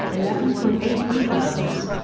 eleven point eight rebounds.